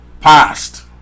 past